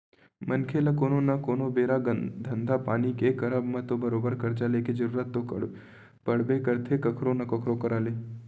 मनखे ल कोनो न कोनो बेरा धंधा पानी के करब म तो बरोबर करजा लेके जरुरत तो पड़बे करथे कखरो न कखरो करा ले